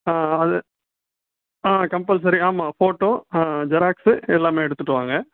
ஆ அது ஆ கம்பல்சரி ஆமாம் ஃபோட்டோ ஜெராக்ஸு எல்லாம் எடுத்துட்டு வாங்க